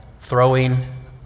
throwing